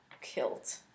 kilt